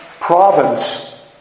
province